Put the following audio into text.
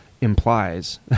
Implies